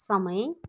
समय